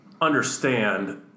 Understand